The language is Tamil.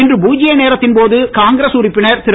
இன்று பூத்திய நேரத்தின் போது காங்கிரஸ் உறுப்பினர் திரு